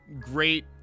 great